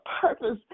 purpose